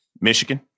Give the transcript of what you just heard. Michigan